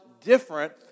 different